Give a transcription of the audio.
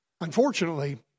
Unfortunately